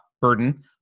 burden